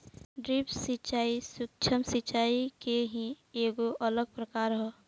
drip सिंचाई, सूक्ष्म सिचाई के ही एगो अलग प्रकार ह